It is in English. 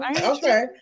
Okay